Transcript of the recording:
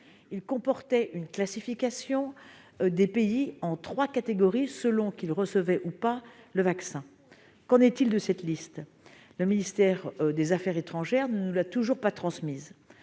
Il comportait une classification des pays en trois catégories, selon qu'ils recevaient ou non le vaccin. Qu'en est-il de cette liste ? Le ministère des affaires étrangères ne nous l'a toujours pas transmise.